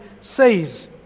says